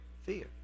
fear